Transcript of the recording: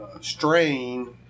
strain